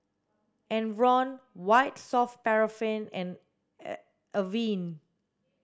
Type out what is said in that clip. Enervon White soft paraffin and Avene